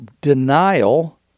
denial